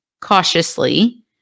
cautiously